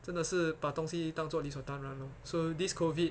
真的是把东西当作理所当然 lor so this COVID